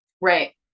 Right